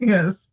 Yes